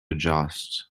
adjust